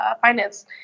finance